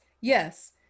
yes